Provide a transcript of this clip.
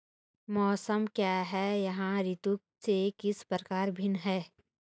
मौसम क्या है यह ऋतु से किस प्रकार भिन्न है?